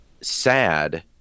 sad